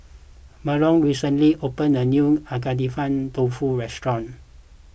Marlo recently opened a new Dofu restaurant